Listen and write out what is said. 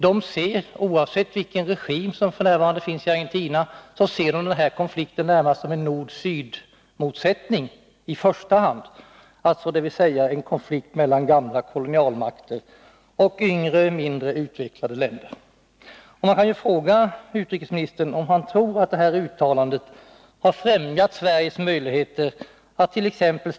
De ser, oavsett vilken regim som f.n. finns i Argentina, den här konflikten i första hand som en nord-syd-motsättning, dvs. en konflikt mellan gamla kolonialmakter och yngre, mindre utvecklade länder. Tror utrikesministern att detta uttalande har främjat Sveriges möjligheter attt.ex.